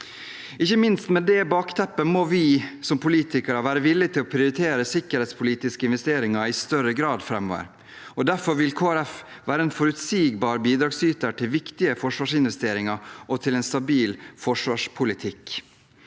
Med det bakteppet må vi som politikere være villig til å prioritere sikkerhetspolitiske investeringer i større grad framover. Derfor vil Kristelig Folkeparti være en forutsigbar bidragsyter med tanke på viktige forsvarsinvesteringer og en stabil forsvarspolitikk.